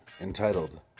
entitled